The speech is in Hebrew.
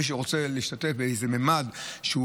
מי שרוצה להשתתף באיזה ממד שהוא,